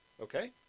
Okay